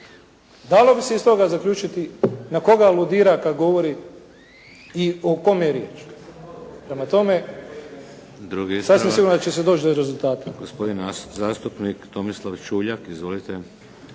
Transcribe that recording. dalo bi se iz toga zaključiti na koga aludira kada govori i o kome je riječ. Prema tome, sasvim sigurno da će se doći do rezultata.